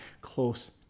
close